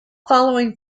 following